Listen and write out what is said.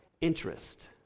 interest